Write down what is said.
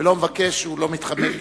ולא מבקש ולא מתחמק.